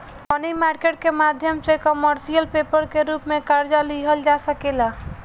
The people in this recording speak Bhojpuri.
मनी मार्केट के माध्यम से कमर्शियल पेपर के रूप में कर्जा लिहल जा सकेला